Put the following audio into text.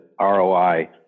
ROI